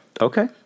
Okay